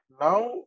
now